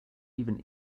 even